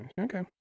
Okay